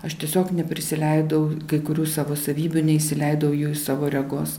aš tiesiog neprisileidau kai kurių savo savybių neįsileidau į savo regos